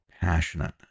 passionate